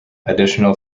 additional